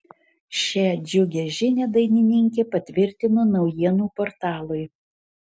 šią džiugią žinią dainininkė patvirtino naujienų portalui